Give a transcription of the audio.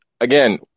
again